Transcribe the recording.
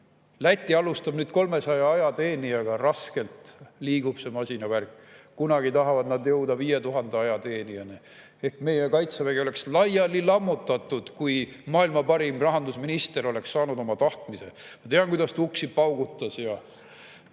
Läti alustab nüüd 300 ajateenijaga, raskelt liigub see masinavärk. Kunagi tahavad nad jõuda 5000 ajateenijani. Meie Kaitsevägi oleks laiali lammutatud, kui maailma parim rahandusminister oleks saanud oma tahtmise. Ma tean, kuidas ta uksi paugutas ja